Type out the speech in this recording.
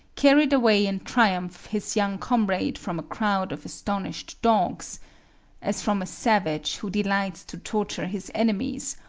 carried away in triumph his young comrade from a crowd of astonished dogs as from a savage who delights to torture his enemies,